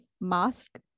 mask